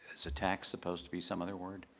is attacks supposed to be some other word?